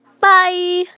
bye